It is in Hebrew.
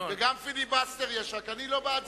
גם פיליבסטר יש, אבל אני לא בעד זה.